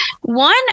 One